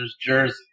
jersey